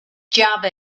java